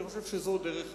אני חושב שזאת דרך המלך.